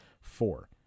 four